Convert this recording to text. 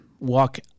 walk